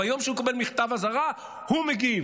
ביום שהוא מקבל מכתב אזהרה הוא מגיב,